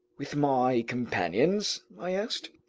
with my companions? i asked.